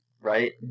right